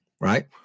Right